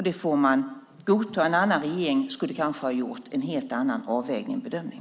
Det får man godta - en annan regering kanske skulle ha gjort en helt annan avvägning och bedömning.